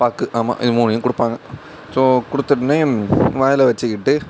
பாக்கு ஆமாம் இது மூணையும் கொடுப்பாங்க ஸோ கொடுத்துட்னே வாயில் வச்சுக்கிட்டு